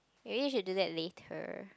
maybe we should do that later